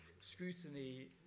scrutiny